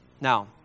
Now